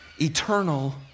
eternal